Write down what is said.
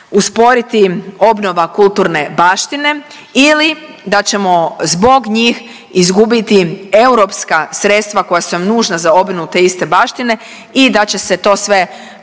usporiti obnova kulturne baštine ili da ćemo zbog njih izgubiti europska sredstva koja su nam nužna za obnovu te iste baštine i da će se to sve